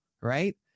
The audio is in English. right